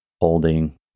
holding